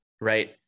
Right